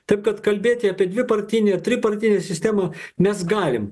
taip kad kalbėti apie dvipartinę tripartinę sistemą mes galim